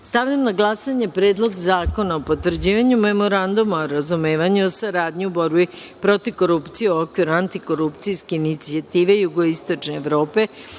na glasanje Predlog zakona o potvrđivanju Memoranduma o razumevanju o saradnji u borbi protiv korupcije u okviru Antikorupcijske inicijative Jugoistočne Evrope